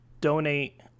donate